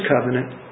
covenant